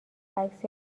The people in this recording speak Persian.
عکس